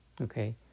okay